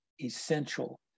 essential